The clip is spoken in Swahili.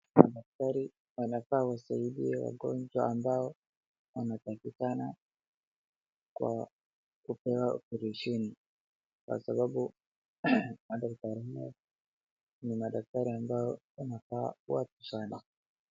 Madaktari wanafaa wasaidie wagonjwa ambao wanatakikana kwa kupewa operesheni kwa sababu madaktari hawa ni madaktari ambao wanafaa watu sana.